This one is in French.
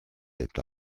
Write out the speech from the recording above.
est